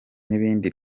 n’ibindi